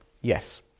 yes